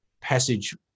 passage